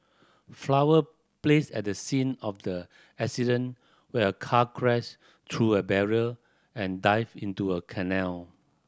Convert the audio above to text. flower placed at the scene of the accident where a car crashed through a barrier and dived into a canal